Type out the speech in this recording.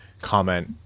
comment